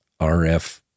RF